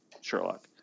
Sherlock